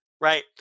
right